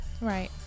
Right